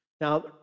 Now